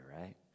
right